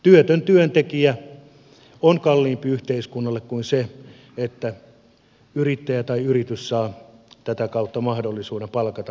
työtön työntekijä on kalliimpi yhteiskunnalle kuin se että yrittäjä tai yritys saa tätä kautta mahdollisuuden palkata ensimmäisen työntekijän